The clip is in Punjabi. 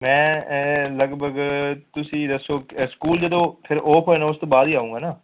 ਮੈਂ ਲਗਭਗ ਤੁਸੀਂ ਦੱਸੋ ਸਕੂਲ ਜਦੋਂ ਫੇਰ ਓਫ ਹੋ ਜਾਂਦਾ ਉਸ ਤੋਂ ਬਾਅਦ ਹੀ ਆਊਂਗਾ ਨਾ